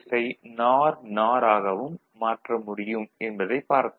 ஐ நார் நார் ஆகவும் மாற்ற முடியும் என்பதைப் பார்த்தோம்